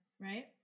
Right